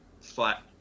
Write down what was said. flat